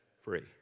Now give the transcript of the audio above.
free